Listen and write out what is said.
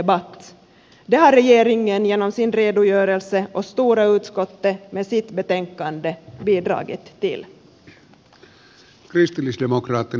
det har regeringen genom sin redogörelse och stora utskottet med sitt betänkande bidragit till